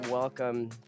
Welcome